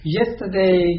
yesterday